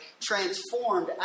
transformed